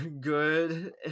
good